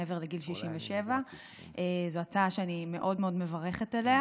מעבר לגיל 67. זו הצעה שאני מאוד מאוד מברכת עליה,